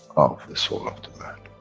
of the soul of the man.